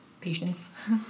patience